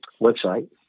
website